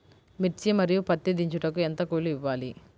మిర్చి మరియు పత్తి దించుటకు ఎంత కూలి ఇవ్వాలి?